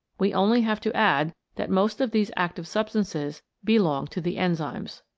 we only have to add that most of these active substances belong to the enzymes.